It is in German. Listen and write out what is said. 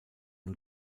new